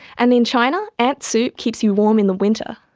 and in china, ant soup keeps you warm in the winter.